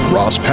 Ross